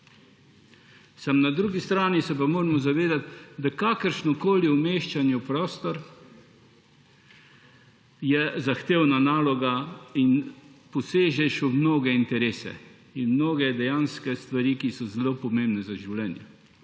Samo na drugi strani se pa moramo zavedati, da kakršnokoli umeščanje v prostor je zahtevna naloga in posežeš v mnoge interese in mnoge dejanske stvari, ki so zelo pomembne za življenje,